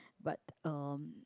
but um